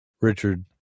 Richard